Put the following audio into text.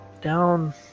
down